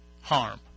harm